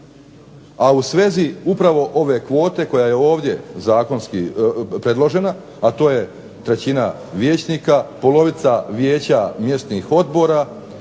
a u svezi upravo ove kvote koja je ovdje zakonski predložena, a to je trećina vijećnika, polovica vijeća mjesnih odbora